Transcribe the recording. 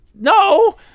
No